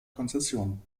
konzession